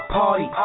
party